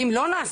ואם לא נעשה,